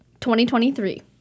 2023